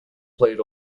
played